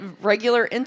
regular